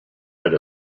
had